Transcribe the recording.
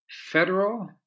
Federal